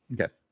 Okay